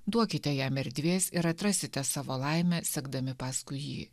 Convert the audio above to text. duokite jam erdvės ir atrasite savo laimę sekdami paskui jį